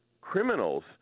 criminals